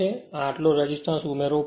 આ આટલો રેસિસ્ટન્સ ઉમેરવો પડશે